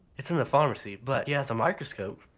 it's in a pharmacy but he has a microscope.